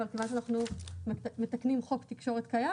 אבל כיוון שאנחנו מתקנים חוק תקשורת קיים,